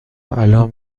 الان